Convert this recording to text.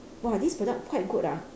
!wah! this product quite good ah